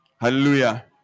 hallelujah